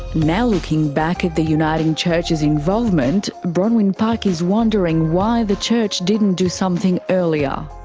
now looking back at the uniting church's involvement, bronwyn pike is wondering why the church didn't do something earlier.